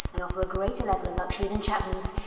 and offer a greater level of luxury than chapman's!